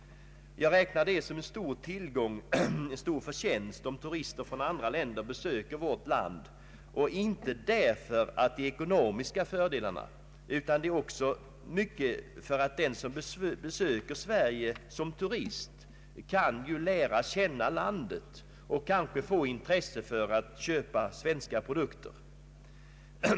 Jag räknar det som en stor vinst, om turister från andra länder besöker vårt land, inte bara med tanke på de direkta ekonomiska fördelarna, utan också därför att den som besöker Sverige som turist kan få lära känna landet och kanske få intresse för att köpa svenska produkter.